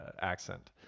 accent